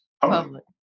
public